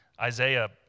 Isaiah